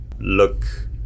look